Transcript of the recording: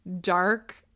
dark